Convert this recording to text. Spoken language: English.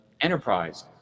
Enterprise